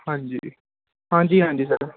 ਹਾਂਜੀ ਹਾਂਜੀ ਹਾਂਜੀ ਸਰ